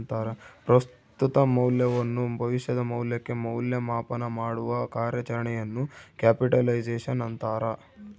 ಪ್ರಸ್ತುತ ಮೌಲ್ಯವನ್ನು ಭವಿಷ್ಯದ ಮೌಲ್ಯಕ್ಕೆ ಮೌಲ್ಯ ಮಾಪನಮಾಡುವ ಕಾರ್ಯಾಚರಣೆಯನ್ನು ಕ್ಯಾಪಿಟಲೈಸೇಶನ್ ಅಂತಾರ